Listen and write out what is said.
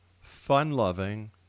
fun-loving